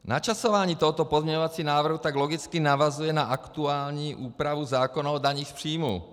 Načasování tohoto pozměňovacího návrhu tak logicky navazuje na aktuální úpravu zákona o dani z příjmu.